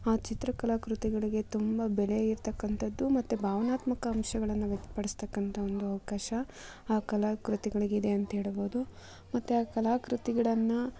ಆ ಚಿತ್ರಕಲಾ ಕೃತಿಗಳಿಗೆ ತುಂಬ ಬೆಲೆ ಇರ್ತಕ್ಕಂಥದ್ದು ಮತ್ತು ಭಾವನಾತ್ಮಕ ಅಂಶಗಳನ್ನು ವ್ಯಕ್ತಪಡಿಸ್ತಕ್ಕಂಥ ಒಂದು ಅವಕಾಶ ಆ ಕಲಾಕೃತಿಗಳಿಗಿದೆ ಅಂತ ಹೇಳಬೋದು ಮತ್ತು ಆ ಕಲಾ ಕೃತಿಗಳನ್ನು